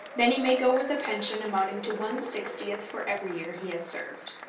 then he may go with a pension amounting to one-sixtieth for every year he has served.